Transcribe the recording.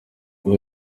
ibi